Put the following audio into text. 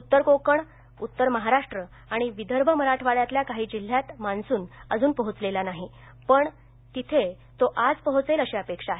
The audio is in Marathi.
उत्तर कोकण उत्तर महाराष्ट्र आणि विदर्भ मराठवाड्यातल्या काही जिल्ह्यात मान्सून अजून पोहोचलेला नाही पण तिथे तो आज पोहोचेल अशी अपेक्षा आहे